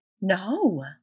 No